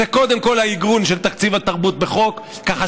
זה קודם כול העיגון של תקציב התרבות בחוק ככה